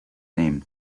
name